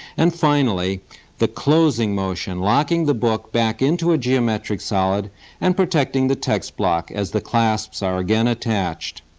and finally the closing motion, locking the book back into a geometric solid and protecting the text block as the clasps are again attached.